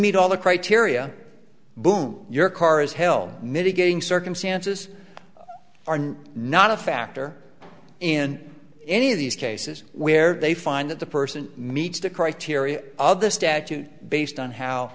meet all the criteria boom your car is hill mitigating circumstances are not a factor in any of these cases where they find that the person meets the criteria of the statute based on how